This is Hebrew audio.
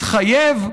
מתחייב,